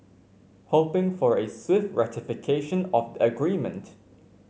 hoping for a swift ratification of the agreement